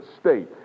state